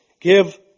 give